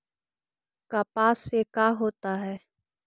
कपास से का होता है?